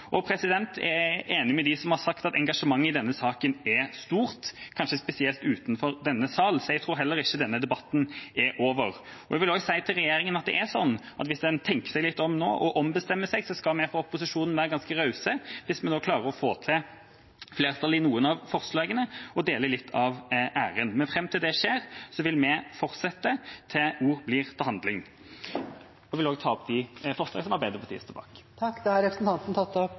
Jeg er enig med dem som har sagt at engasjementet i denne saken er stort, kanskje spesielt utenfor denne sal, så jeg tror heller ikke denne debatten er over. Jeg vil også si til regjeringa at hvis en tenker seg litt om nå og ombestemmer seg, skal vi fra opposisjonen være ganske rause – hvis vi da klarer å få til flertall for noen av forslagene – og dele litt av æren. Men fram til det skjer, vil vi fortsette til ord blir til handling. Jeg vil ta opp de resterende forslag som Arbeiderpartiet står bak. Representanten Torstein Tvedt Solberg har tatt opp